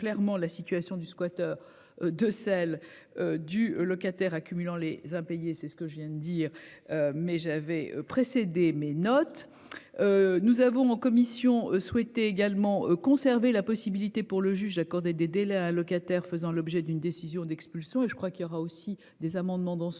clairement la situation du squatteur de celle du locataire, accumulant les impayés. C'est ce que je viens de dire. Mais j'avais précédé mes notes. Nous avons en commission souhaitait également conserver la possibilité pour le juge d'accorder des délais à locataire faisant l'objet d'une décision d'expulsion et je crois qu'il y aura aussi des amendements dans ce sens